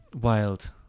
wild